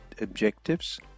objectives